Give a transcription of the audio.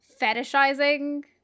Fetishizing